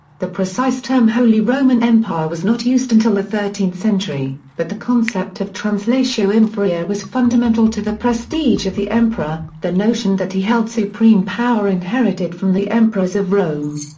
the precise term holy roman empire was not used until the thirteenth century, but the concept of translatio imperii was fundamental to the prestige of the emperor, the notion that he held supreme power inherited from the emperors of rome.